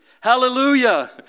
Hallelujah